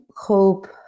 hope